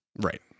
Right